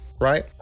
right